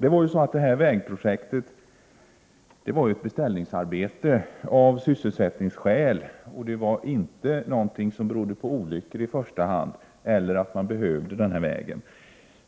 Fru talman! Detta vägprojekt var ju ett beställningsarbete av sysselsättningsskäl — inte något som i första hand berodde på olyckor eller på att man behövde den här vägen.